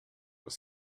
was